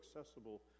accessible